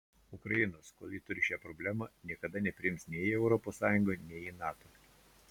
ukrainos kol ji turi šią problemą niekada nepriims nei į europos sąjungą nei į nato